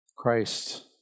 Christ